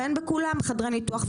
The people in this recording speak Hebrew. ואין בכולם חדרי ניתוח.